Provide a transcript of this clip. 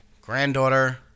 granddaughter